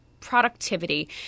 productivity